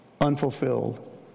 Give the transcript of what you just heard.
unfulfilled